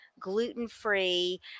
gluten-free